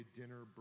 dinner